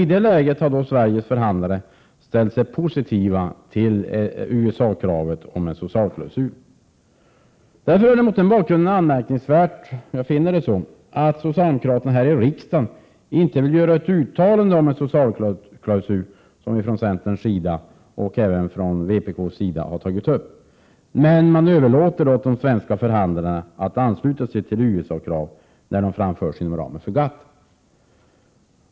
I det läget har Sveriges förhandlare ställt sig positiva till USA-kravet om en socialklausul. Mot den bakgrunden finner jag det anmärkningsvärt att socialdemokraterna här i riksdagen inte vill göra ett uttalande om en socialklausul, som vi från centerns och även vpk:s sida har föreslagit. Men man överlåter åt de svenska förhandlarna att ansluta sig till USA-krav när det förs fram inom ramen för GATT.